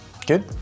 Good